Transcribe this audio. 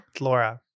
Laura